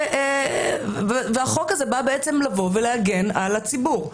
והחוק הזה בא להגן על הציבור.